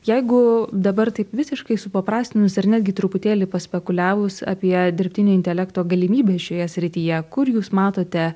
jeigu dabar taip visiškai supaprastinus ir netgi truputėlį paspekuliavus apie dirbtinio intelekto galimybes šioje srityje kur jūs matote